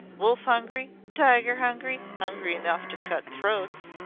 wolf hungry tiger hungry hungry enough to cut throats.